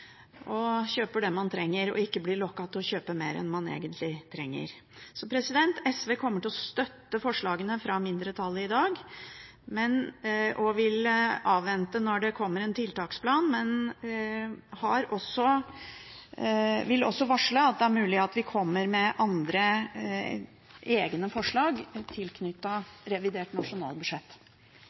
ikke bli lokket til å kjøpe mer enn man egentlig trenger. SV kommer til å støtte forslagene fra mindretallet i dag og vil avvente en tiltaksplan. Vi vil også varsle at det er mulig at vi kommer med andre, egne forslag knyttet til revidert nasjonalbudsjett.